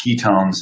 ketones